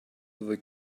the